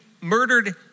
murdered